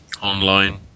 online